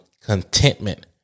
contentment